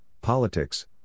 politics